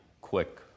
quick